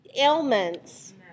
ailments